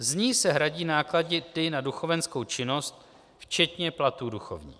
Z ní se hradí náklady na duchovenskou činnost včetně platů duchovních.